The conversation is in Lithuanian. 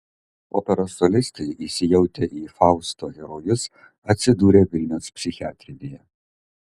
operos solistai įsijautę į fausto herojus atsidūrė vilniaus psichiatrinėje